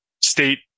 state